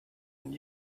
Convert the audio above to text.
and